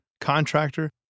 contractor